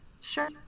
Sure